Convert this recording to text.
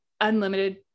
unlimited